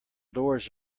doors